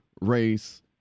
race